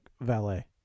valet